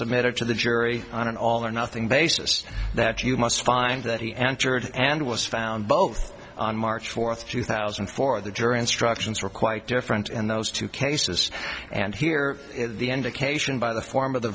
submitted to the jury on an all or nothing basis that you must find that he entered and was found both on march fourth two thousand and four the jury instructions were quite different in those two cases and here the end occasioned by the form